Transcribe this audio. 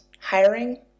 hiring